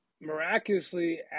miraculously